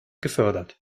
gefördert